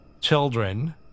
children